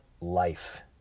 life